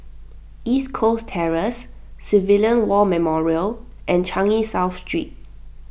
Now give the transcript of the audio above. East Coast Terrace Civilian War Memorial and Changi South Street